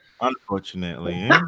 unfortunately